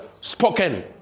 spoken